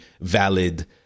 valid